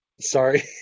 Sorry